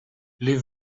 les